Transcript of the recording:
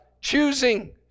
choosing